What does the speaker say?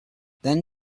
then